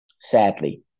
sadly